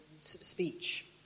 speech